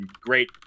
great